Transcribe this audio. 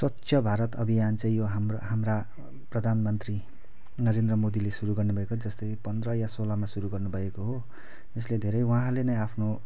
स्वच्छ भारत अभियान चाहिँ यो हाम्रो हाम्रा प्रधानमन्त्री नरेन्द्र मोदीले सुरु गर्नुभएको जस्तै पन्ध्र या सोह्रमा सुरु गर्नुभएको हो यसले धेरै उहाँले नै आफ्नो